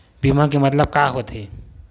बीमा के मतलब का होथे?